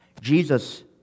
Jesus